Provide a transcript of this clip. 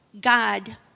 God